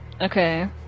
Okay